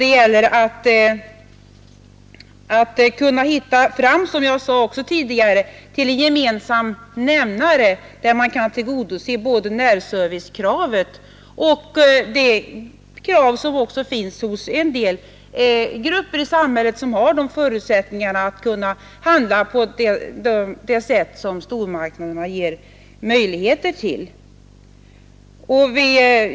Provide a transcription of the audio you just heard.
Det gäller att hitta fram — som jag också sade tidigare — till en gemensam nämnare så att man kan tillgodose både närservicekravet och de krav som kan ställas av en del grupper i samhället som har förutsättningar att handla på det sätt som stormarknaderna ger tillfälle till.